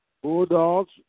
Bulldogs